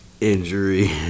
Injury